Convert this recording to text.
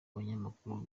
banyamakuru